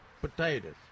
potatoes